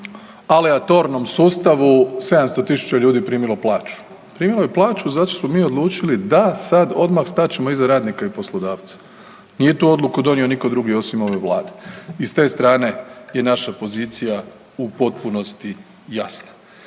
aleatornom sustavu 700 tisuća ljudi primilo plaću. Primilo je plaću zato što smo mi odlučili da sada odmah stat ćemo iza radnika i poslodavca. Nije tu odluku donio nitko drugi osim ove Vlade i s te strane je naša pozicija u potpunosti jasna.